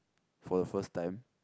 for the first time